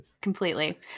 Completely